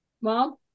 Mom